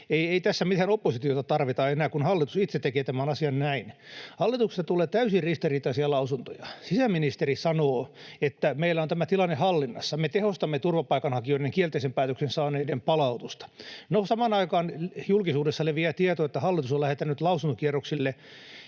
Ei tässä mitään oppositiota tarvita enää, kun hallitus itse tekee tämän asian näin. Hallituksesta tulee täysin ristiriitaisia lausuntoja. Sisäministeri sanoo, että meillä on tämä tilanne hallinnassa ja me tehostamme kielteisen päätöksen saaneiden turvapaikanhakijoiden palautusta. No, samaan aikaan julkisuudessa leviää tieto, että hallitus on lähettänyt lausuntokierrokselle